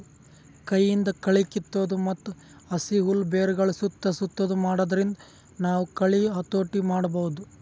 ಕೈಯಿಂದ್ ಕಳಿ ಕಿತ್ತದು ಮತ್ತ್ ಹಸಿ ಹುಲ್ಲ್ ಬೆರಗಳ್ ಸುತ್ತಾ ಸುತ್ತದು ಮಾಡಾದ್ರಿಂದ ನಾವ್ ಕಳಿ ಹತೋಟಿ ಮಾಡಬಹುದ್